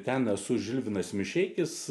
ten su žilvinas mišeikis